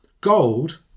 Gold